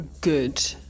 good